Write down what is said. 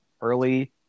early